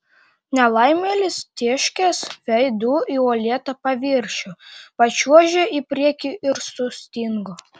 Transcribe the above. nelaimėlis tėškės veidu į uolėtą paviršių pačiuožė į priekį ir sustingo